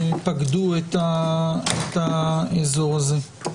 שפקדו את האזור הזה.